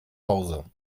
hause